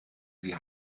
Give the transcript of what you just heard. sie